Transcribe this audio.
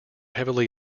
heavily